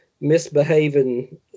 misbehaving